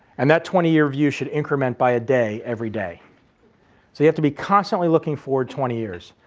and that twenty year view should increment by a day every day. so you have to be constantly looking forward twenty years.